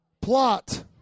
Plot